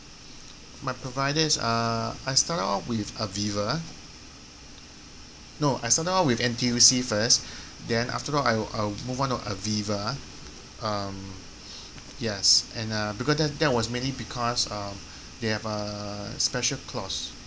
my providers uh I started off with AVIVA no I started off with N_T_U_C first then after all I'll I'll move on to AVIVA um yes and uh becau~ that that was mainly because uh they have a special clause